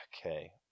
Okay